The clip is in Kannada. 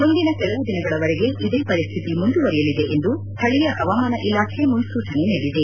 ಮುಂದಿನ ಕೆಲವು ದಿನಗಳ ವರೆಗೆ ಇದೆ ಪರಿಸ್ಥಿತಿ ಮುಂದುವರಿಯಲಿದೆ ಎಂದು ಸ್ನಳೀಯ ಹವಾಮಾನ ಇಲಾಖೆ ಮುನ್ನೂಚನೆ ನೀಡಿದೆ